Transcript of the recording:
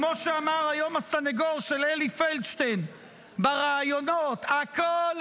כמו שאמר היום הסניגור של אלי פלדשטיין בראיונות: הכול,